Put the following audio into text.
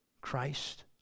Christ